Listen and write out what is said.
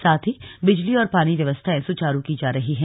साथ ही बिजली और पानी व्यवस्थाएं सुचारू की जा रही हैं